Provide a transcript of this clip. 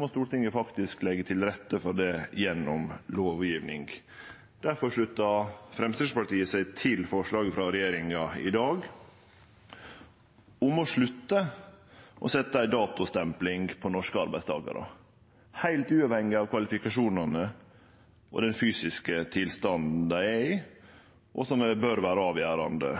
må Stortinget faktisk leggje til rette for det gjennom lovgjeving. Difor sluttar Framstegspartiet seg til forslaget frå regjeringa i dag om å slutte å setje ei datostempling på norske arbeidstakarar – heilt uavhengig av kvalifikasjonane og den fysiske tilstanden dei er i, som bør